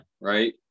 right